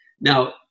Now